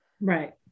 Right